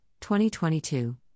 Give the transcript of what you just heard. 2022